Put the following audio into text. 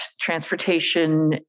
transportation